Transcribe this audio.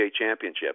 championship